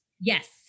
Yes